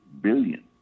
billion